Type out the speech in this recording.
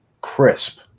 crisp